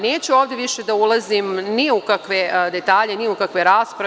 Neću ovde više da ulazim ni u kakve detalje, ni u kakve rasprave.